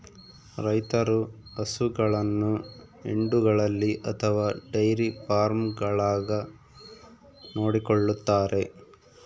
ರೈತರು ಹಸುಗಳನ್ನು ಹಿಂಡುಗಳಲ್ಲಿ ಅಥವಾ ಡೈರಿ ಫಾರ್ಮ್ಗಳಾಗ ನೋಡಿಕೊಳ್ಳುತ್ತಾರೆ